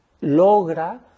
logra